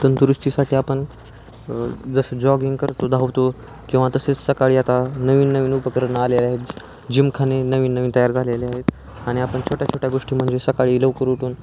तंदुरुस्तीसाठी आपण जसं जॉगिंग करतो धावतो किंवा तसेच सकाळी आता नवीन नवीन उपकरण आले आहेत जिमखाने नवीन नवीन तयार झालेले आहेत आणि आपण छोट्या छोट्या गोष्टी म्हणजे सकाळी लवकर उठून